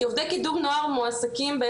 כי עובדי קידום נוער הם מדריכים.